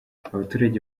abaturage